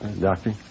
Doctor